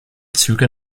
züge